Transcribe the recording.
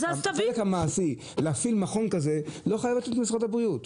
החלק המעשי להפעיל מכון כזה לא חייב להיות במשרד הבריאות.